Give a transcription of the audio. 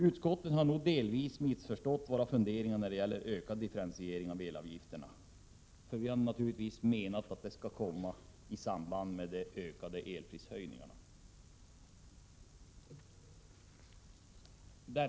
Utskottet har nog delvis missförstått våra funderingar när det gäller ökad differentiering av elavgifterna. Vi har naturligtvis menat att detta skulle ske i samband med de kommande höjningarna av elpriset.